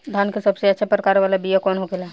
धान के सबसे अच्छा प्रकार वाला बीया कौन होखेला?